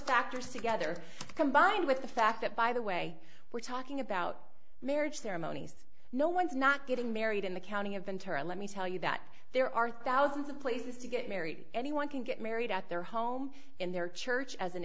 factors together combined with the fact that by the way we're talking about marriage ceremonies no one's not getting married in the county i've been tara let me tell you that there are thousands of places to get married anyone can get married at their home in their church as an